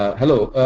ah hello!